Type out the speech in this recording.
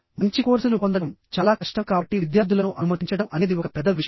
మంచి కోర్సులు పొందడం చాలా కష్టం కాబట్టి విద్యార్థులను అనుమతించడం అనేది ఒక పెద్ద విషయం